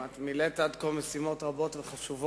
את מילאת עד כה משימות רבות וחשובות,